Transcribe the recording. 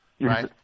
Right